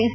S